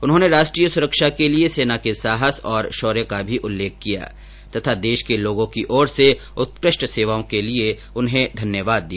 उन्होंने राष्ट्रीय सुरक्षा के लिए सेना के साहस और शौर्य का भी उल्लेख किया तथा देश के लोगों की ओर से उत्कृष्ट सेवाओं के लिये उन्हें धन्यवाद दिया